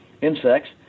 insects